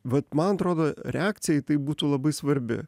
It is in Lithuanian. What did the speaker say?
vat man atrodo reakcija į tai būtų labai svarbi